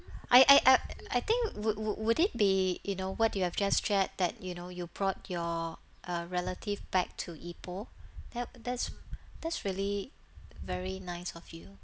I I I I think would would would it be you know what you have just shared that you know you brought your uh relative back to ipoh there that's that's really very nice of you